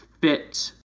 fit